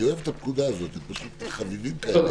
אני אוהב את הפקודה הזאת, הם פשוט חביבים כאלה.